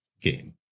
game